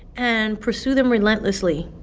and pursue them relentlessly,